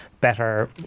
better